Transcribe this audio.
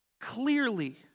clearly